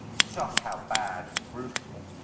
just how bad and brutal,